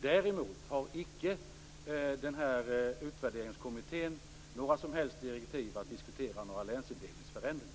Däremot har utvärderingskommittén inga som helst direktiv att diskutera några länsindelningsförändringar.